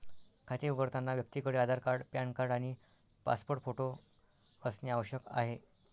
खाते उघडताना व्यक्तीकडे आधार कार्ड, पॅन कार्ड आणि पासपोर्ट फोटो असणे आवश्यक आहे